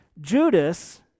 Judas